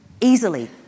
easily